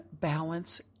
balance